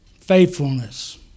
faithfulness